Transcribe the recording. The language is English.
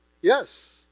Yes